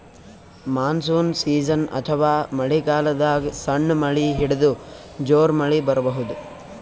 monsoon season ಅಥವಾ ಮಳಿಗಾಲದಾಗ್ ಸಣ್ಣ್ ಮಳಿ ಹಿಡದು ಜೋರ್ ಮಳಿ ಬರಬಹುದ್